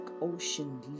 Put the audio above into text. ocean